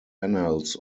annals